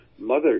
mother